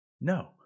No